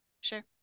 Sure